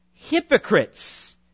hypocrites